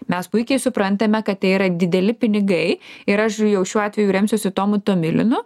mes puikiai suprantame kad tai yra dideli pinigai ir aš jau šiuo atveju remsiuosi tomu tomilinu